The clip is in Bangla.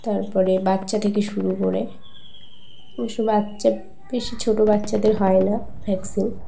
তারপরে বাচ্চা থেকে শুরু করে অবশ্য বাচ্চা বেশি ছোটো বাচ্চাদের হয় না ভ্যাকসিন